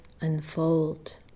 unfold